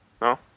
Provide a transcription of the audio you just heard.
no